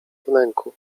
wnęku